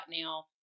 now